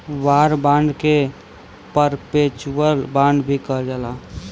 war bond के perpetual bond भी कहल जाला